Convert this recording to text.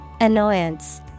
Annoyance